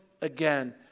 again